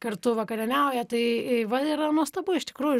kartu vakarieniauja tai va yra nuostabu iš tikrųjų